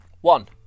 One